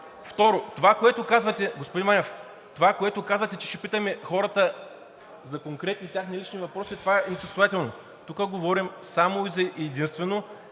Второ, това, което казвате, господин Манев, че ще питаме хората за конкретни техни лични въпроси, това е несъстоятелно. Тук говорим само и единствено